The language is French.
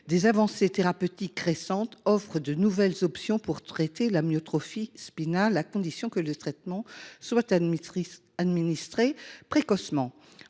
Des avancées thérapeutiques récentes offrent de nouvelles options pour traiter l’amyotrophie spinale, à condition que le traitement soit administré précocement.